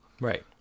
Right